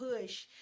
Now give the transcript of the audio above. push